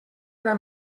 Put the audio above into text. era